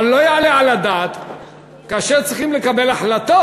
אבל לא יעלה על הדעת שכאשר צריכים לקבל החלטות,